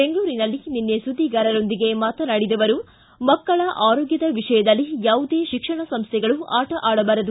ಬೆಂಗಳೂರಿನಲ್ಲಿ ನಿನ್ನೆ ಸುದ್ದಿಗಾರರೊಂದಿಗೆ ಮಾತನಾಡಿದ ಅವರು ಮಕ್ಕಳ ಆರೋಗ್ಯ ವಿಷಯದಲ್ಲಿ ಯಾವುದೇ ಶಿಕ್ಷಣ ಸಂಸ್ಥೆಗಳು ಆಟ ಆಡಬಾರದು